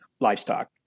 livestock